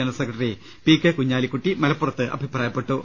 general secretary P K Kunhalikutty മലപ്പുറത്ത് പറഞ്ഞു